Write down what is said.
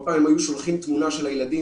כל פעם הם היו שולחים תמונה של הילדים,